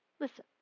Listen